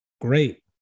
great